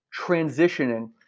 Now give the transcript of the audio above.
transitioning